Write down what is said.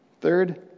Third